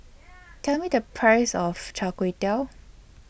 Tell Me The Price of Chai Kway